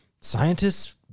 scientists